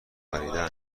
خریدن